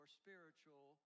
spiritual